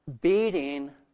beating